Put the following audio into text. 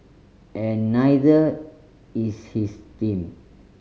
and neither is his team